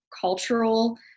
cultural